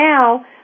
now